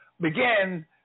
begin